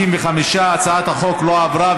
55. הצעת החוק לא עברה,